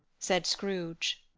said scrooge,